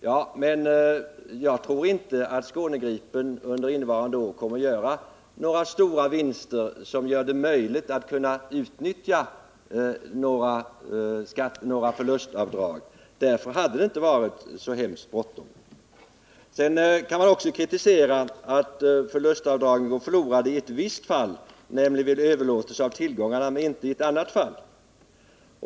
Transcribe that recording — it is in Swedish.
Ja, det är riktigt, men jag tror inte att Skåne-Gripen under innevarande år kommer att göra några stora vinster som möjliggör några förlustavdrag. Därför hade det inte varit så förfärligt bråttom. Sedan kan man också kritisera att förlustavdragen går förlorade i ett visst fall, nämligen vid överlåtelse av tillgångarna, men inte i andra fall.